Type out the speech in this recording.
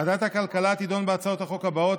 ועדת הכלכלה תדון בהצעות החוק האלה: